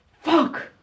fuck